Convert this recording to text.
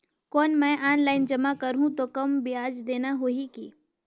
कौन मैं ऑफलाइन जमा करहूं तो कम ब्याज देना होही की?